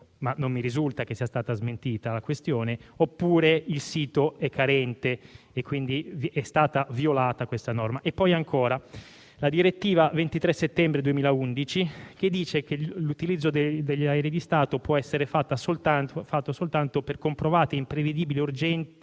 ma non mi risulta sia stata smentita la questione - oppure il sito è carente e, quindi, è stata violata la norma. C'è poi, ancora, la direttiva 23 settembre 2011, che stabilisce che l'utilizzo degli aerei di Stato può essere fatto soltanto per comprovate, imprevedibili e urgenti